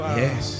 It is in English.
yes